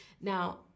Now